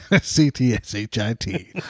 C-T-S-H-I-T